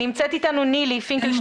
האיסור הזה נקבע כתנאי מי שמפר אותו,